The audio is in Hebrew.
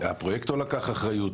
הפרויקטור לקח אחריות,